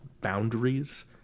boundaries